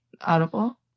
Audible